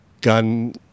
gun